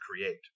create